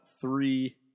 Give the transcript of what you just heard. three